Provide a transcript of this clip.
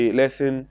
lesson